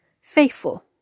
faithful